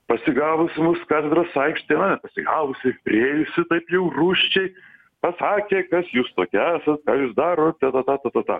pasigavusi mus katedros aikštėj na pasigavusi priėjusi taip jau rūsčiai pasakė kas jūs tokie esat ką jūs darot ta ta ta ta ta ta